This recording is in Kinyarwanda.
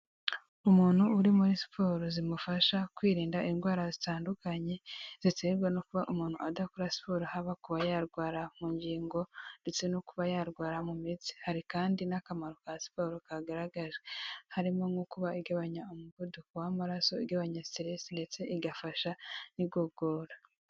Umuntu uri muri siporo zimufasha kwirinda indwara zitandukanye ziterwa no kuba umuntu adakora siporo haba kuba yarwara mu ngingo ndetse no kuba yarwara mu mitsi, hari kandi n'akamaro ka siporo kagaraga harimo nko kuba igabanya umuvuduko w'amaraso, igabanya sitiresi ndetse igafasha n'igogora.